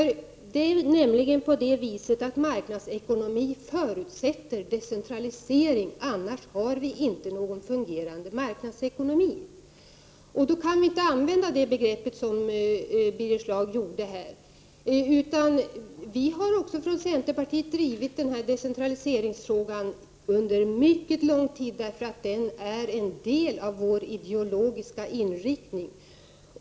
Det är nämligen på det viset att marknadsekonomi förutsätter decentralisering, annars har vi inte någon fungerande marknad, och då kan vi inte använda det begreppet som Birger Schlaug gjorde här. Även från centerpartiet har vi drivit denna decentraliseringsfråga under mycket lång tid. Den är en del av vår ideologiska inriktning.